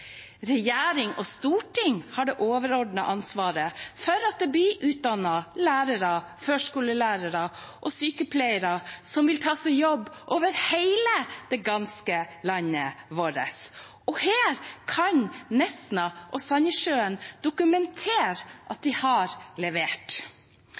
Regjering og storting har det overordnede ansvaret for at det blir utdannet lærere, førskolelærere og sykepleiere som vil ta seg jobb over det ganske land. Her kan Nesna og Sandnessjøen dokumentere at